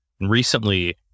recently